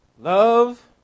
love